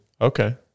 Okay